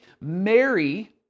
Mary